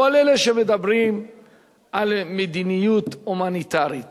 כל אלה שמדברים על מדיניות הומניטרית